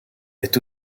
est